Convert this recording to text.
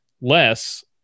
less